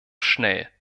schnell